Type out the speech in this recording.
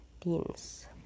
teens